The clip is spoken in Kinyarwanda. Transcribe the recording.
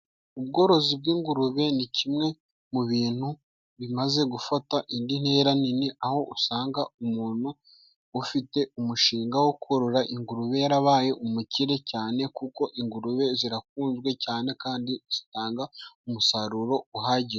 Ubworozi bw'ingurube ni kimwe mu bintu bimaze gufata indi ntera nini aho usanga umuntu ufite umushinga wo korora ingurube yarabaye umukire cyane, kuko ingurube zirakunzwe cyane kandi zitanga umusaruro uhagije.